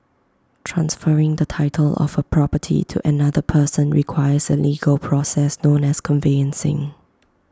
transferring the title of A property to another person requires A legal process known as conveyancing